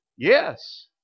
Yes